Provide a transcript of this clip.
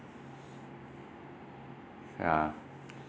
yeah